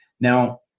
Now